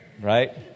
right